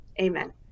Amen